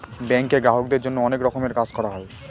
ব্যাঙ্কে গ্রাহকদের জন্য অনেক রকমের কাজ করা হয়